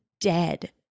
dead